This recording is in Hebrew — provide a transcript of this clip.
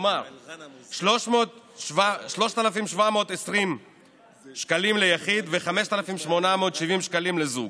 כלומר 3,720 שקלים ליחיד ו-5,870 שקלים לזוג.